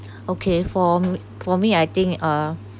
okay for m~ for me I think uh